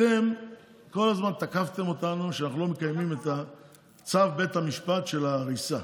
אתם כל הזמן תקפתם אותנו שאנחנו לא מקיימים את צו בית המשפט על ההריסה.